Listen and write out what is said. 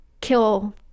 kill